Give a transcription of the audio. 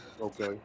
Okay